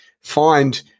Find